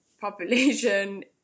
population